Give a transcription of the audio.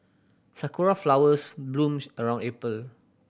sakura flowers bloom around April